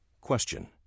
Question